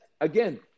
again